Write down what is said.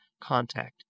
contact